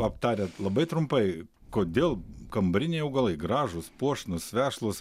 aptariant labai trumpai kodėl kambariniai augalai gražūs puošnūs vešlūs